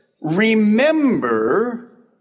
Remember